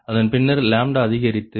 அதன் பின்னர் அதிகரித்தது